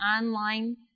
online